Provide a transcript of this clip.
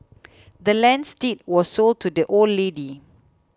the land's deed was sold to the old lady